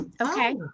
Okay